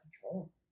control